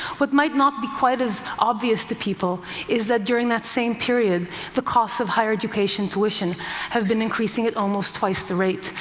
what might not be quite as obvious to people is that during that same period the cost of higher education tuition has been increasing at almost twice the rate,